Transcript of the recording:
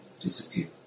disappear